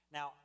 Now